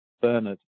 Bernard